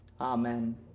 Amen